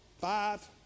five